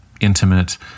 intimate